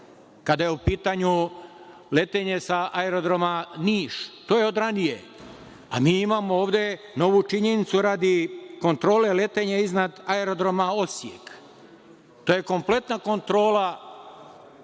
kada je u pitanju letenje sa Aerodroma Niš. To je od ranije, a mi imamo ovde novu činjenicu radi kontrole letenja iznad Aerodroma Osijek. To je kompletna kontrola,